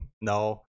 No